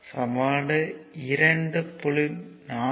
சமன்பாடு 2